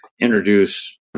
introduce